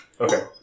Okay